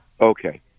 Okay